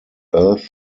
earth